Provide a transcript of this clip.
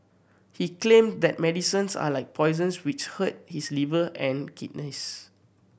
he claim that medicines are like poisons which hurt his liver and kidneys